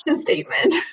statement